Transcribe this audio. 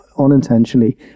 unintentionally